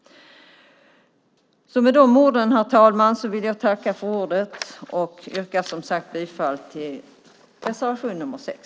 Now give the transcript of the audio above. Med de orden, herr talman, vill jag tacka för ordet, och jag yrkar som sagt bifall till reservation nr 6.